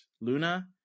Luna